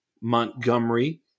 Montgomery